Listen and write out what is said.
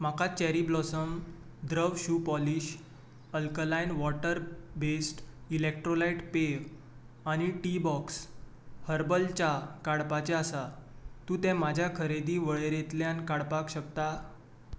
म्हाका cherry blossom द्रव shoe polish alkaline water based electrolyte पेय आनी टीबॉक्स हर्बल च्या काडपाचे आसा तूं ते म्हज्या खरेदी वळेरेंतल्यान काडपाक शकता